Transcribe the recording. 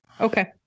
Okay